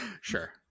Sure